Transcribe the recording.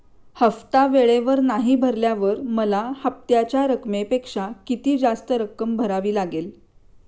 हफ्ता वेळेवर नाही भरल्यावर मला हप्त्याच्या रकमेपेक्षा किती जास्त रक्कम भरावी लागेल?